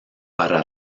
para